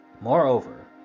Moreover